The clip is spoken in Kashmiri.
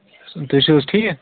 تُہۍ چھِو حظ ٹھیٖک